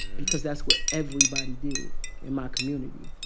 because that's what everybody did in my community.